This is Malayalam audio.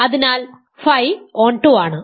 അതിനാൽ ф ഓൺടു ആണ്